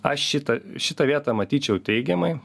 aš šitą šitą vietą matyčiau teigiamai